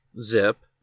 zip